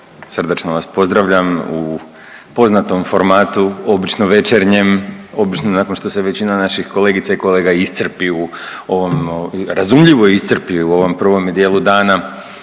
srdačno vas pozdravljam u poznatom formatu, obično večernjem, obično nakon što se većina naših kolegica i kolega iscrpi u ovom, razumljivo iscrpi u ovom prvome dijelu dana,